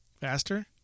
faster